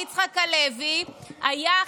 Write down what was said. מאיר יצחק הלוי היה,